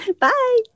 Bye